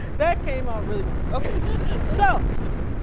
that came out really wrong. okay so,